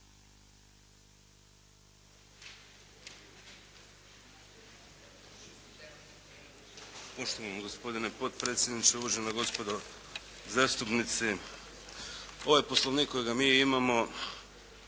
Poštovani gospodine potpredsjedniče, uvažena gospodo zastupnici. Ovaj poslovnik kojega mi imamo